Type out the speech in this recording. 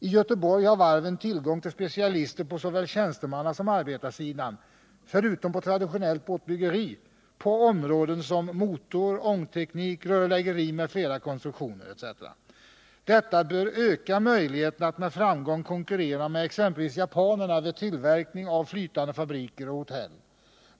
I Göteborg har varven tillgång till specialister på såväl tjänstemannasom arbetarsidan — förutom på traditionellt båtbyggeri på områden som motor-, ångteknik-, rörläggerim.fl. konstruktioner. Detta bör öka möjligheterna att med framgång konkurrera med exempelvis japanerna vid tillverkning av flytande fabriker och hotell.